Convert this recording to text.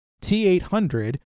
T-800